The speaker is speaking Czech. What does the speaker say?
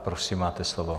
Prosím, máte slovo.